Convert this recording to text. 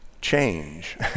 change